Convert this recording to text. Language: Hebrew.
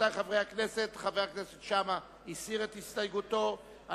זה הסתייגות נוספת, הסתייגות מס'